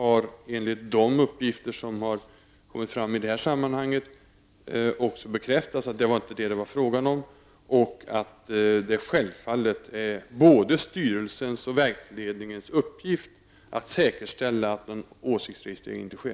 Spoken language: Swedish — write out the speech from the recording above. Genom de uppgifter som har kommit fram i detta sammanhang har det också bekräftats att det inte var det som det var fråga om och att det självfallet är både styrelsens och verksledningens uppgift att säkerställa att någon åsiktsregistrering inte sker.